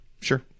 Sure